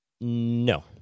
No